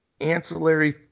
ancillary